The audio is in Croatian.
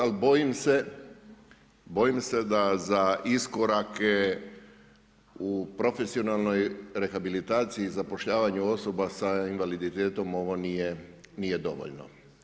Ali bojim se da za iskorak u profesionalnoj rehabilitaciji i zapošljavanju osoba s invaliditetom ovo nije dovoljno.